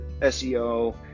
SEO